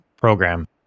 program